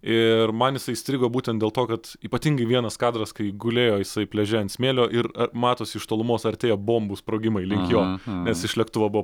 ir man jisai įstrigo būtent dėl to kad ypatingai vienas kadras kai gulėjo jisai pliaže ant smėlio ir matosi iš tolumos artėja bombų sprogimai link jo nes iš lėktuvo buvo